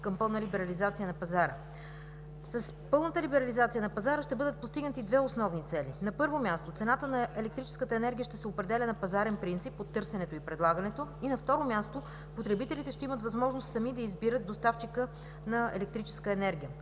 към пълна либерализация на пазара. С пълната либерализация на пазара ще бъдат постигнати две основни цели: на първо място, цената на електрическата енергия ще се определя на пазарен принцип от търсенето и предлагането и, на второ място – потребителите ще имат възможност сами да избират доставчика на електрическа енергия,